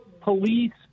police